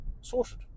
sorted